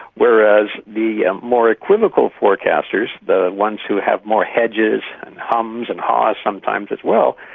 whereas the ah more equivocal forecasters, the ones who have more hedges and hums and hahs sometimes as well,